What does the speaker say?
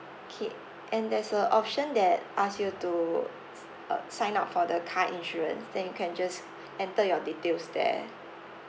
okay and there's a option that ask you to s~ ugh sign up for the car insurance then you can just enter your details there